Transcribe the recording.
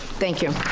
thank you.